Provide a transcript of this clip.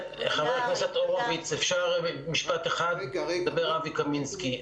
הכנסת הורוביץ, מדבר אבי קמינסקי.